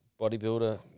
bodybuilder